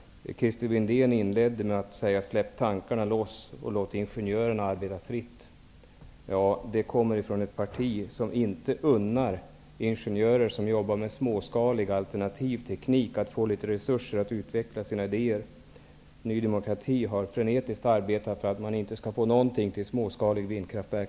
Christer Windén inledde med att säga att vi skall släppa tankarna loss och låta ingenjörerna arbeta fritt. Det kommer från ett parti som inte unnar ingenjörer som jobbar med småskalig alternativ teknik att få resurser att utveckla sina idéer. Ny demokrati har frenetiskt arbetat för att ingenting skall gå till t.ex. småskaliga vindkraftverk.